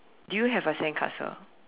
do you have a sandcastle